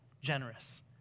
generous